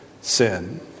sin